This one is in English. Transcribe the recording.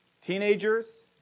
Teenagers